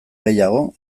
gehiago